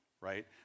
right